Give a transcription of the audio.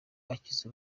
akize